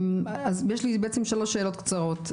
יש לי שלוש שאלות קצרות.